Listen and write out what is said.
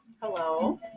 Hello